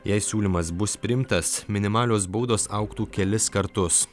jei siūlymas bus priimtas minimalios baudos augtų kelis kartus